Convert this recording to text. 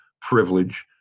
privilege